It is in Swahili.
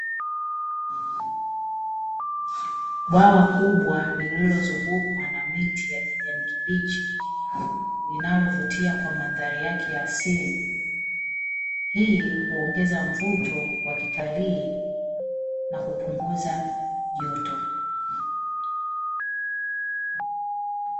Bwawa kubwa lililozungukwa kwa miti ya kijani kibichi, linalovutia kwa mandhari yake ya asili hii huongeza mvuto wa kitalii na kupunguza joto.